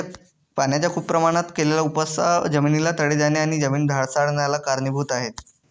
पाण्याचा खूप प्रमाणात केलेला उपसा जमिनीला तडे जाणे आणि जमीन ढासाळन्याला कारणीभूत आहे